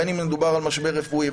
בין אם מדובר במשבר רפואי,